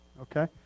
okay